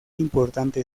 importante